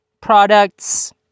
products